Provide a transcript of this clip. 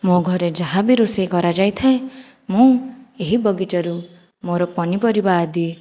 ମୋ ଘରେ ଯାହା ବି ରୋଷେଇ କରାଯାଇଥାଏ ମୁଁ ଏହି ବାଗିଚାରୁ ମୋର ପନିପରିବା ଆଦି